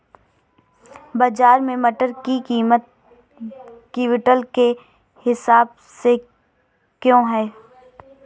बाजार में मटर की कीमत क्विंटल के हिसाब से क्यो है?